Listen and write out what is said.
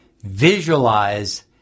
Visualize